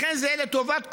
לכן, זה יהיה לטובת כולנו.